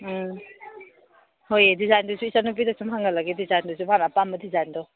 ꯎꯝ ꯍꯣꯏꯌꯦ ꯗꯤꯁꯥꯏꯟꯗꯨꯁꯨ ꯏꯆꯟ ꯅꯨꯄꯤꯅ ꯁꯨꯝ ꯍꯪꯍꯜꯂꯒꯦ ꯗꯤꯖꯥꯏꯟꯗꯨꯁꯨ ꯃꯥꯅ ꯑꯄꯥꯝꯕ ꯗꯤꯖꯥꯏꯟꯗꯣ